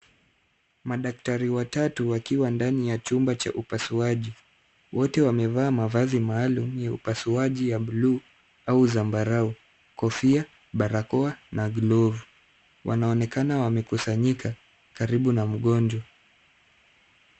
Madaktari watatu wakiwa ndani ya chumba cha upasuaji. Wote wamevaa mavazi maalum ya upasuaji ya bluu au zambarau, kofia barakoa na glovu. Wanaonekana wamekusanyika karibu na mgonjwa.